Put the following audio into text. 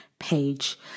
page